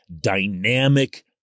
dynamic